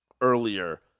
earlier